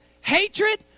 hatred